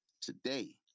Today